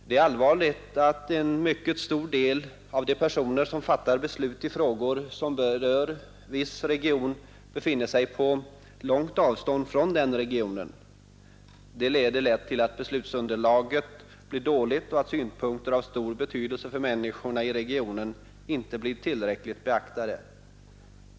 Det är allvarligt att en mycket stor del av de personer som fattar beslut i frågor som berör viss region befinner sig på långt avstånd från den regionen. Det leder lätt till att beslutsunderlaget blir dåligt och att synpunkter av stor betydelse för människorna i regionen inte blir tillräckligt beaktade.